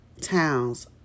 towns